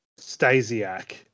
Stasiak